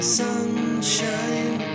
sunshine